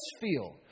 feel